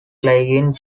playing